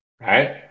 right